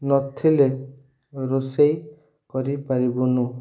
ନଥିଲେ ରୋଷେଇ କରିପାରିବୁନୁ